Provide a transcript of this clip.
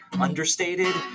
understated